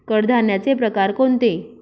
कडधान्याचे प्रकार कोणते?